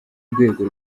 rwego